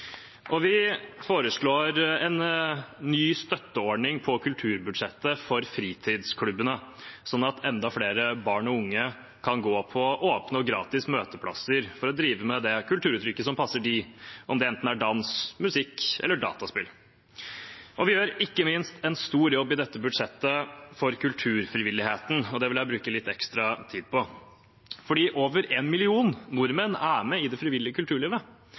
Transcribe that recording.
redusert. Vi foreslår en ny støtteordning på kulturbudsjettet for fritidsklubbene, slik at enda flere barn og unge kan gå på åpne og gratis møteplasser for å drive med det kulturuttrykket som passer dem, enten det er dans, musikk eller dataspill. Vi gjør ikke minst en stor jobb i dette budsjettet for kulturfrivilligheten, og det vil jeg bruke litt ekstra tid på. Over én million nordmenn er med i det frivillige kulturlivet,